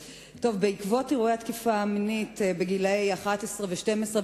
בעקבות אירועי התקיפה המינית אצל גילאי 11 12,